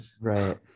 Right